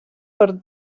per